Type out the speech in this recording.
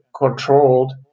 controlled